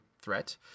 threat